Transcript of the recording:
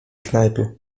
knajpie